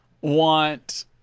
want